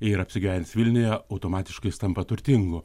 ir apsigyvens vilniuje automatiškai jis tampa turtingu